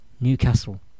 Newcastle